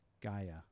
Gaia